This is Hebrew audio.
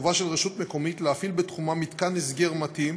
חובה על רשות מקומית להפעיל בתחומה מתקן הסגר מתאים,